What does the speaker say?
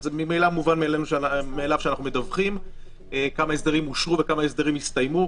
זה מובן מאליו שאנחנו מדווחים כמה הסדרים אושרו וכמה הסדרים הסתיימו.